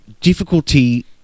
difficulty